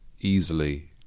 easily